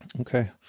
Okay